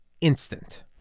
instant